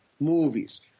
Movies